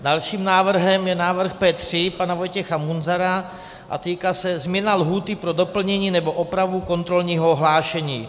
Dalším návrhem je návrh P3 pana Vojtěcha Munzara a týká se změny lhůty pro doplnění nebo opravu kontrolního hlášení.